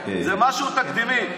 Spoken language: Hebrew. זה משהו תקדימי.